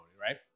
right